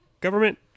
government